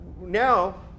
now